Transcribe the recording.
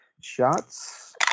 shots